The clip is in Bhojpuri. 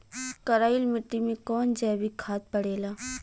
करइल मिट्टी में कवन जैविक खाद पड़ेला?